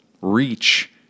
reach